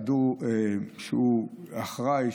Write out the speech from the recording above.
סידור שהוא אחראי,